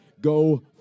go